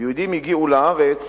שיהודים הגיעו לארץ